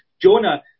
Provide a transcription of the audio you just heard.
Jonah